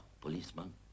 Policeman